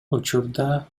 учурда